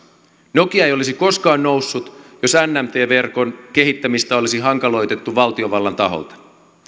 nokia ei olisi koskaan noussut jos nmt verkon kehittämistä olisi hankaloitettu valtiovallan taholta